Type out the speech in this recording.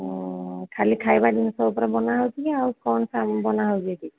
ହଁ ଖାଲି ଖାଇବା ଜିନିଷ ଉପରେ ବନା ହେଉଛି ନା ଆଉ କ'ଣ ସା ବନା ହେଉଛି ସେଠି